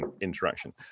interaction